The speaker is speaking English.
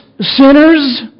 sinners